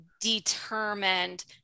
determined